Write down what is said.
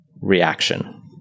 reaction